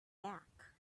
back